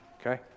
Okay